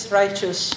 righteous